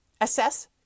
assess